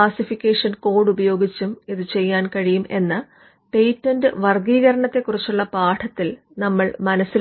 classification code ഉപയോഗിച്ചും ഇത് ചെയ്യാൻ കഴിയും എന്ന് പേറ്റന്റ് വർഗ്ഗീകരണത്തെക്കുറിച്ചുള്ള പാഠത്തിൽ നമ്മൾ മനസിലാക്കിയതാണ്